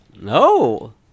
No